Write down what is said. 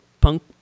punk